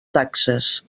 taxes